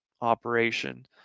operation